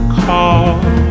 call